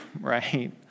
right